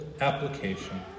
application